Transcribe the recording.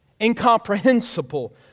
incomprehensible